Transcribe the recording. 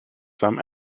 some